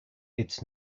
its